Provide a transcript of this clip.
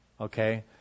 okay